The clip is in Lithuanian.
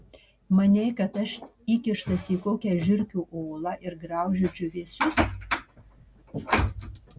manei kad aš įkištas į kokią žiurkių olą ir graužiu džiūvėsius